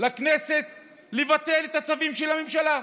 לכנסת לבטל את הצווים של הממשלה.